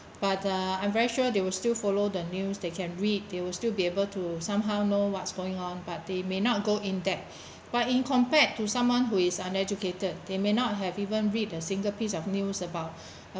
but uh I'm very sure they will still follow the news they can read they will still be able to somehow know what's going on but they may not go in depth but in compared to someone who is uneducated they may not have even read a single piece of news about